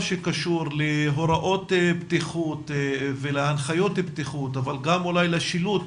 שקשור להוראות בטיחות ולהנחיות בטיחות אבל גם אולי לשילוט